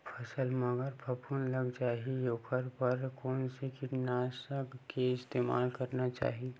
फसल म अगर फफूंद लग जा ही ओखर बर कोन से कीटानु नाशक के इस्तेमाल करना चाहि?